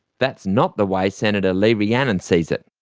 that's not the way senator lee rhiannon sees it.